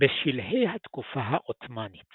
בשלהי התקופה העות'מאנית